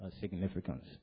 significance